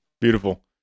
beautiful